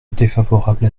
défavorable